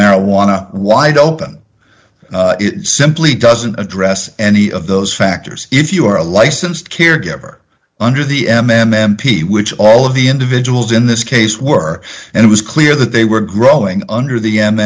marijuana wide open it simply doesn't address any of those factors if you are a licensed caregiver under the m m m p which all of the individuals in this case work and it was clear that they were growing under the